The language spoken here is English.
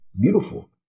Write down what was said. Beautiful